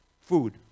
food